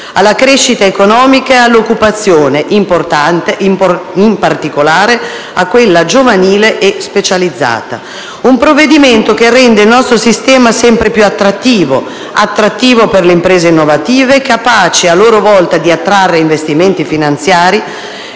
alla crescita economica e all'occupazione, in particolare a quella giovanile e specializzata. È un provvedimento che rende il nostro sistema sempre più attrattivo, attrattivo per le imprese innovative, capaci a loro volta di attrarre investimenti finanziari